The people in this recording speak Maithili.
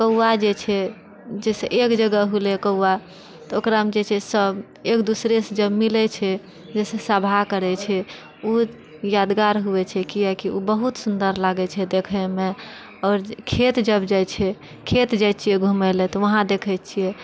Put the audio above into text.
कौआ जे छै जैसे एक जगह होलै कौआ तऽ ओकरामे जे छै सब एक दूसरेसँ जब मिलै छै जैसे सभा करै छै उ यादगार हुवै छै कियाकि उ बहुत सुन्दर लागै छै देखैमे आओर खेत जब जाइ छै खेत जाइ छियै घुमै लए तऽ वहाँ देखै छियै